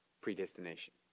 Predestination